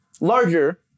larger